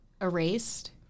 erased